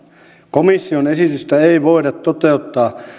komission esitystä ei voida toteuttaa